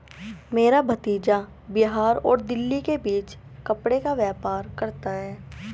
मेरा भतीजा बिहार और दिल्ली के बीच कपड़े का व्यापार करता है